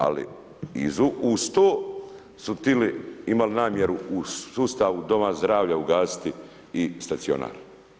Ali i uz to su htjeli, imali namjeru u sustavu doma zdravlja ugasiti i stacionar.